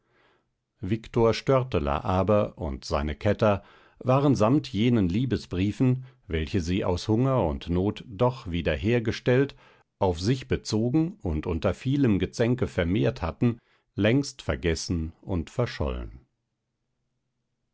viktor störteler aber und seine kätter waren samt jenen liebesbriefen welche sie aus hunger und not doch wiederhergestellt auf sich bezogen und unter vielem gezänke vermehrt hatten längst vergessen und verschollen